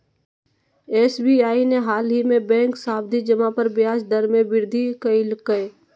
SBI ने हालही में बैंक सावधि जमा पर ब्याज दर में वृद्धि कइल्कय